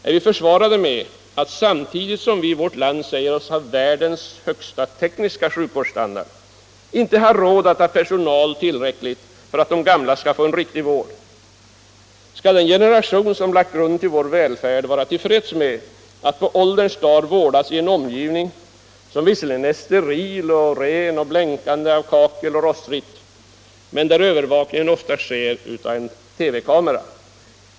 Är vi försvarade med att vi — samtidigt som vi i vårt land säger oss ha världens högsta tekniska sjukvårdsstandard — inte har råd att ha personal tillräckligt för att de gamla skall få en riktig vård? Skall den generation som lagt grunden till vår välfärd vara till freds med att på ålderns dagar vårdas i en omgivning som visserligen är steril och blänkande av kakel och rostfritt, men där övervakningen oftast sker av en TV-kamera?